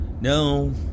No